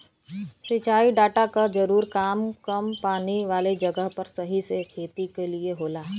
सिंचाई डाटा क जरूरी काम कम पानी वाले जगह पर सही से खेती क लिए होला